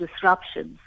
disruptions